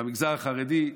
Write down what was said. במגזר החרדי,